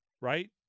right